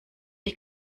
die